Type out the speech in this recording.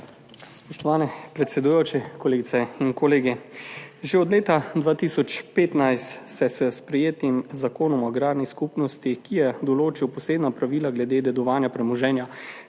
Spoštovani predsedujoči, kolegice in kolegi! Že od leta 2015 se s sprejetim Zakonom o agrarni skupnosti, ki je določil posebna pravila glede dedovanja premoženja